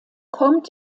kommt